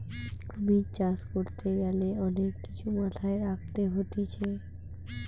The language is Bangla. কুমির চাষ করতে গ্যালে অনেক কিছু মাথায় রাখতে হতিছে